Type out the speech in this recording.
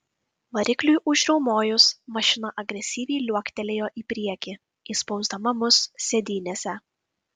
varikliui užriaumojus mašina agresyviai liuoktelėjo į priekį įspausdama mus sėdynėse